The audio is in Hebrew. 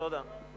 תודה.